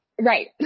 Right